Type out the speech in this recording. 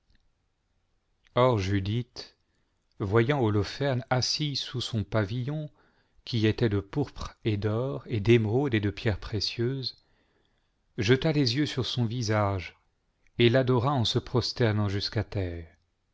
or judith voyant holoferne assis sous son pavillon qui était de pourpre et d'or et d'émeraudes et de pierres précieuses jeta les yeux sur son visage et l'adora en se prosternant jusqu'à terre